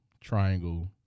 triangle